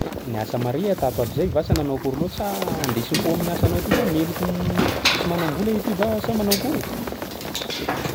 Ah! Niasa mare iha tato ho ato zay vasa nanao akory loatsy sa andesim-po amin'ny asanao ty sa meloko tsy manam-bola iha ty va sa manao akôry?